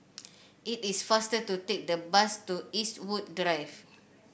it is faster to take the bus to Eastwood Drive